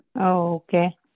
Okay